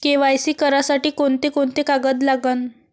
KYC करासाठी कोंते कोंते कागद लागन?